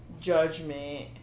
judgment